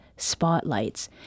spotlights